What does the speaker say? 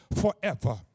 forever